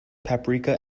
paprika